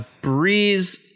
Breeze